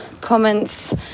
comments